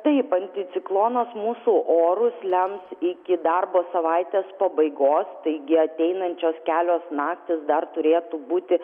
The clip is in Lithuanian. taip anticiklonas mūsų orus lems iki darbo savaitės pabaigos taigi ateinančios kelios naktys dar turėtų būti